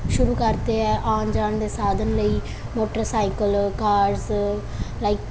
ਸ਼ੁਰੂ ਕਰਦੇ ਹੈ ਆਉਣ ਜਾਣ ਦੇ ਸਾਧਨ ਲਈ ਮੋਟਰਸਾਈਕਲ ਕਾਰਸ ਲਾਈਕ